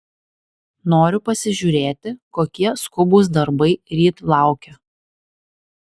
noriu pasižiūrėti kokie skubūs darbai ryt laukia